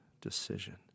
decision